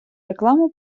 рекламу